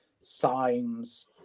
signs